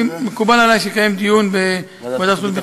אני, מקובל עלי שיתקיים דיון, ועדת החוץ והביטחון?